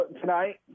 tonight